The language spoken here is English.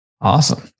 Awesome